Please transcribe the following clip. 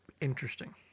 interesting